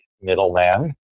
middleman